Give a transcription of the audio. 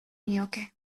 nioke